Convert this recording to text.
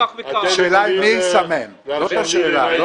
השאלה היא מי יסמן, זו השאלה.